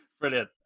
Brilliant